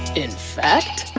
in fact,